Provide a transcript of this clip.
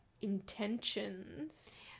intentions